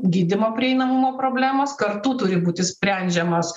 gydymo prieinamumo problemos kartu turi būti sprendžiamos